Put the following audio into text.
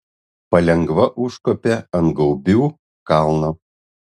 palengva užkopė ant gaubių kalno